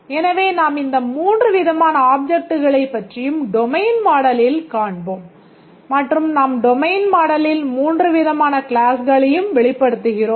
எனவே நாம் இந்த மூன்று விதமான ஆப்ஜெக்ட்களைப் வெளிப்படுத்துகிறோம்